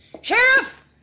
Sheriff